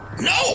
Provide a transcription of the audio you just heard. No